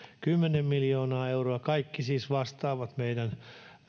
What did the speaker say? kymmenen miljoonaa euroa kaikki siis vastaavat meidän